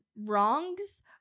wrongs